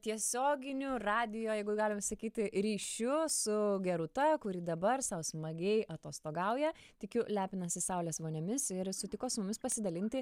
tiesioginiu radijo jeigu galima sakyti ryšiu su gerūta kuri dabar sau smagiai atostogauja tikiu lepinasi saulės voniomis ir sutiko su mumis pasidalinti